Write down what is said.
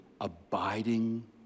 abiding